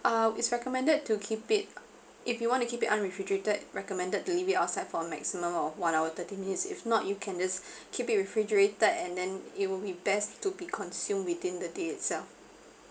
uh it's recommended to keep it if you want to keep it unrefrigerated recommended to leave it outside for maximum of one hour thirty minutes if not you can just keep it refrigerated and then it would be best to be consumed within the day itself